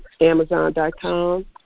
Amazon.com